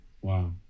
wow